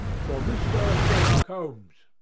for mr. sherlock holmes,